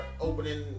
opening